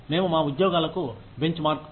మేము మా ఉద్యోగాలకు బెంచ్ మార్క్